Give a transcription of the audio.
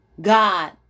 God